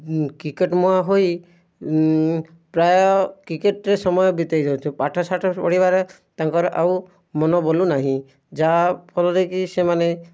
cricket ମୁହାଁ ହୋଇ ପ୍ରାୟ କ୍ରିକେଟ୍ରେ ସମୟ ବିତେଇଦେଉଛୁ ପାଠସାଠ ପଢ଼ିବାରେ ତାଙ୍କର ଆଉ ମନ ବଲୁ ନାହିଁ ଯାହାଫଳରେ କି ସେମାନେ